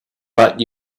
but